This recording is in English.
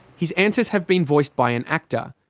his answers have been voiced by an actor.